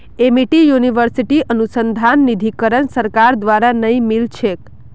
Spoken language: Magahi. एमिटी यूनिवर्सिटीत अनुसंधान निधीकरण सरकार द्वारा नइ मिल छेक